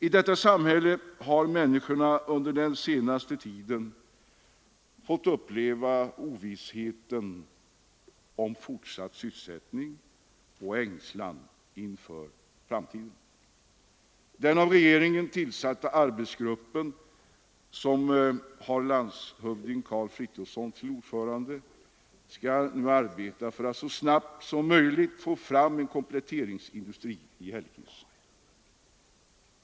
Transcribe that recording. I detta samhälle har människorna under den senaste tiden fått uppleva ovisshet i fråga om fortsatt sysselsättning och ängslan inför framtiden. Den av regeringen tillsatta arbetsgruppen, med landshövding Karl Frithiofson som ordförande, skall nu arbeta för att så snabbt som möjligt få fram en kompletteringsindustri i Hällekis.